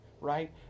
Right